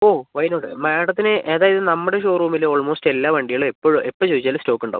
oh why not മാഡത്തിന് ഏതായാലും നമ്മുടെ ഷോറൂമിൽ ഓൾമോസ്റ്റ് എല്ലാ വണ്ടികളും എപ്പോഴും എപ്പോൾ ചോദിച്ചാലും സ്റ്റോക്ക് ഉണ്ടാവും